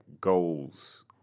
goals